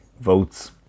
votes